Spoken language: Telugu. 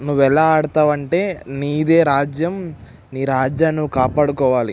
నువ్వు ఎలా ఆడుతావు అంటే నీదే రాజ్యం నీ రాజ్యాన్ని నువ్వు కాపాడుకోవాలి